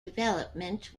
development